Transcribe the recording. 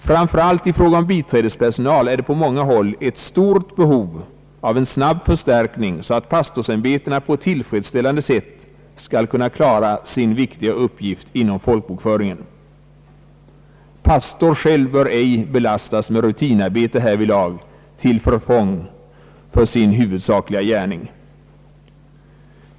Framför allt i fråga om biträdespersonal är det på många håll behov av en snabb förstärkning, så att pastorsämbetena på ett tillfredsställande sätt skall kunna klara sin viktiga uppgift inom folkbokföringen. Pastor själv bör ej belastas med rutinarbete härvidlag till förfång för sin huvudsakliga gärning.